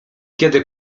kiedy